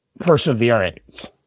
perseverance